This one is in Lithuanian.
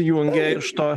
jungia iš to